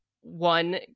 one